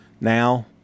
now